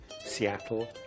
Seattle